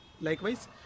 likewise